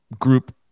group